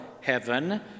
heaven